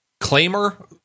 Claimer